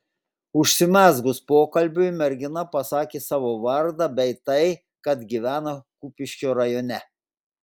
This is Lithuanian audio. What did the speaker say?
užsimezgus pokalbiui mergina pasakė savo vardą bei tai kad gyvena kupiškio rajone